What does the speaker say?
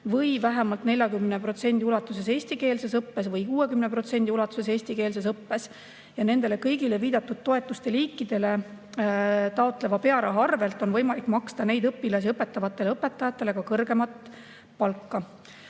või vähemalt 40% ulatuses eestikeelses õppes või 60% ulatuses eestikeelses õppes. Kõigi nende viidatud liiki toetuste [puhul] taotletava pearaha arvelt on võimalik maksta neid õpilasi õpetavatele õpetajatele ka kõrgemat palka.